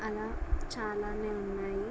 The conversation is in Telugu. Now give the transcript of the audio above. అలా చాలానే ఉన్నాయి